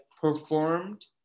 performed